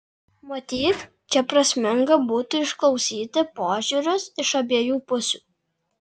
matyt čia prasminga būtų išklausyti požiūrius iš abiejų pusių